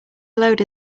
load